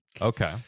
Okay